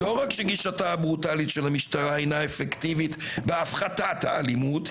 לא רק שגישתה הברוטלית של המשטרה אינה אפקטיבית בהפחתת האלימות.